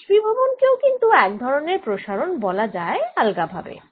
বাষ্পীভবন কেও কিন্তু এক ধরনের প্রসারণ বলা যায় আলগা ভাবে